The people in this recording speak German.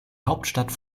hauptstadt